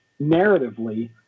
narratively